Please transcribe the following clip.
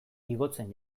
igotzen